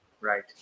Right